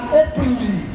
openly